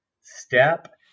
step